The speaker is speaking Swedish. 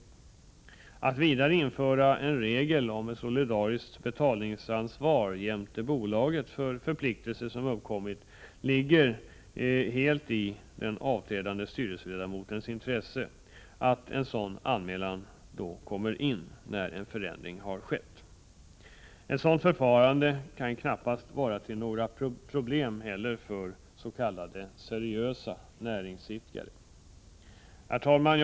Om man vidare inför en regel om solidariskt betalningsansvar jämte bolaget för förpliktelser som uppkommit, ligger det helt i den avträdande styrelseledamotens intresse att sådan anmälan kommer in när en förändring har skett. Ett sådant förfarande kan heller knappast ge upphov till några problem för s.k. seriösa näringsidkare. Herr talman!